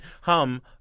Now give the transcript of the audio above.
hum